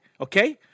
Okay